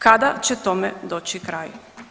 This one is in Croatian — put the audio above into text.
Kada će tome doći kraj?